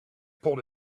pulled